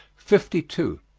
fifty two.